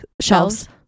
shelves